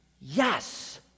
yes